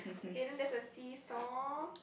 okay then there's a see-saw